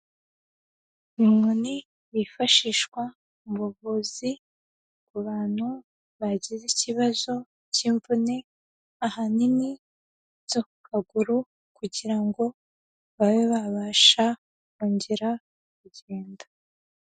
Inkoni yifashishwa mu buvuzi ku bantu bagize ikibazo cy'imvune, ahanini zo ku kaguru kugira ngo babe babasha kongera kugenda.